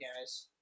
guys